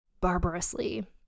barbarously